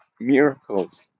miracles